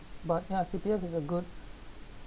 but ya C_P_F is a good